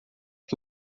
que